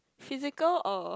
physical or